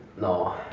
No